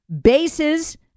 bases